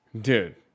Dude